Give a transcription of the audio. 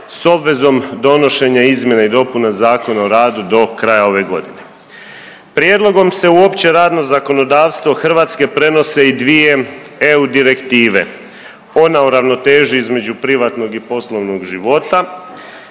s obvezom donošenja izmjena i dopuna Zakona o radu do kraja ove godine. Prijedlogom se u opće radno zakonodavstvo Hrvatske prenose i dvije EU direktive, ona o ravnoteži između privatnog i poslovnog života